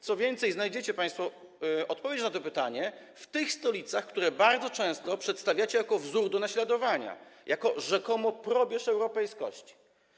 Co więcej, znajdziecie państwo odpowiedź na to pytanie w tych stolicach, które bardzo często przedstawiacie jako wzór do naśladowania, jako rzekomo probierz europejskości.